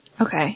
Okay